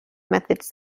methods